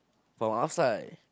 from outside